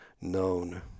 known